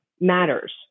matters